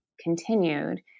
continued